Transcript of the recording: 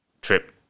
trip